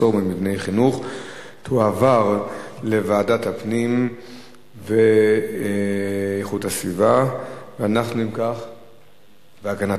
הנושא לוועדת הפנים והגנת הסביבה נתקבלה.